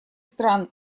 стран